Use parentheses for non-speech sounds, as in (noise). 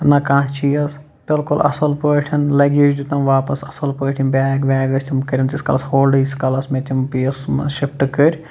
نہ کانٛہہ چیٖز بلکل اَصٕل پٲٹھۍ لَگیج دیُتنَم واپَس اَصٕل پٲٹھۍ یِم بیگ ویگ ٲسۍ تِم کٔرِنۍ تیٖتِس کالَس ہولڈے ییٖتِس کالَس مےٚ تِم (unintelligible) منٛز شفٹ کٔرۍ